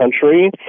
country